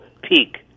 Peak